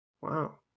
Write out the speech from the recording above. Wow